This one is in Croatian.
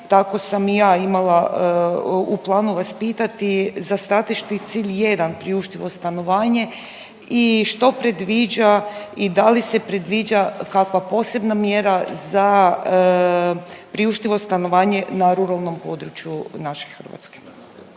Tako sam i ja imala u planu vas pitati za strateški cilj jedan priuštivo stanovanje i što predviđa i da li se predviđa kakva posebna mjera za priuštivo stanovanje na ruralnom području naše Hrvatske.